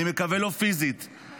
אני מקווה לא פיזית,